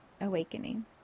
awakening